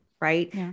Right